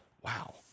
Wow